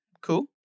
cool